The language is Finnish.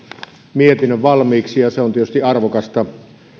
mietinnön valmiiksi ja se on tietysti arvokasta